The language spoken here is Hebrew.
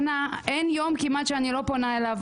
אין יום שאני לא פונה לשר החינוך,